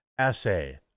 essay